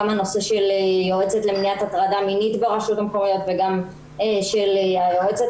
גם נושא של יועצת למניעת הטרדה מינית ברשויות המקומיות וגם של היועצת